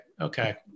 okay